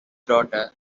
daughter